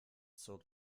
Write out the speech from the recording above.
zog